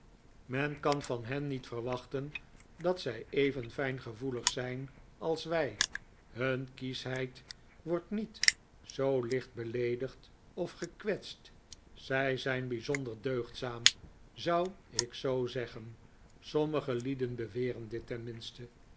men kah van hen niet verwachten dat zij even fijngevoelig zijn als wij hun kieschheid wordt niet zoo licht beleedigd of gekwetst zij zijn bijzonder deugdzaam zou ik zoo zeggen sommige lieden beweren dit